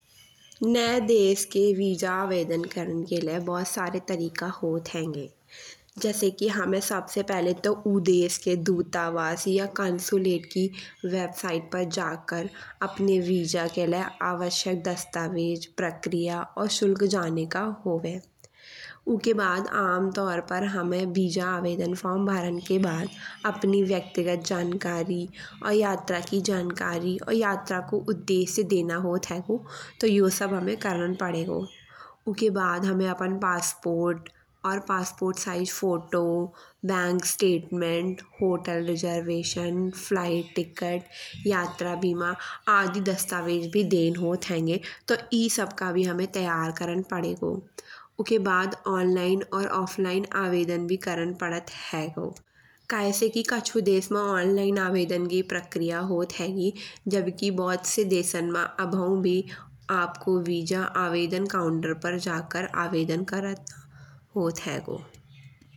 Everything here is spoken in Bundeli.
नए देश के वीज़ा आवेदन करन के लाए बहुत सारे तरीका होत हेन्गे। जैसे की हमें सबसे पहिले तो उउ देश के दूतावास या कॉन्सोलेट की वेबसाइट पर जा कर अपने वीज़ा के लाए आवश्यक दस्तावेज़ प्रक्रिया और शुल्क जाने का होवे। उके बाद अमतौर पर हमें वीज़ा आवेदन फॉर्म भरन के बाद अपनी व्यक्तिगत जानकारी और यात्रा की जानकारी और यात्रा को उद्देश्य देना होत हेगो। तो यो सब हमें करन पडैगो। उके बाद हमें अपन पासपोर्ट और पासपोर्ट आकार photo, bank statement, hotel reservation, fly ticket, यात्रा बीमा आदि दस्तावेज़ भी देन होत हेन्गे। तो ई सबका भी हमें तैयार करन पडैगो। उके बाद ऑनलाइन और ऑफलाइन आवेदन भी करन पडत हेगो। कई से कि कछु देशों में ऑनलाइन आवेदन की प्रक्रिया होत हेगी। जबकि बहुत से देशों मा अभौ भी आपको वीज़ा आवेदन काउंटर पर जाकर आवेदन करन होत हेगो।